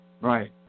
Right